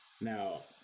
Now